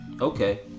Okay